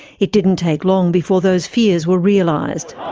it didn't take long before those fears were realised.